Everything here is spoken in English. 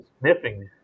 sniffing